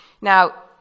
Now